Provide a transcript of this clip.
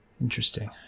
Interesting